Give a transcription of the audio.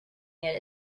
yet